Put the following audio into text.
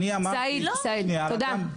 סאיד, תודה.